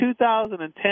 2010